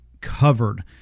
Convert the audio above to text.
covered